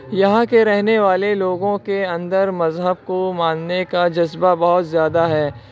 یہاں کے رہنے والے لوگوں کے اندر مذہب کو ماننے کا جذبہ بہت زیادہ ہے